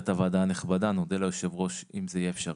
נודה ליושב-ראש אם זה יהיה אפשרי.